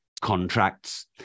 contracts